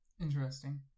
interesting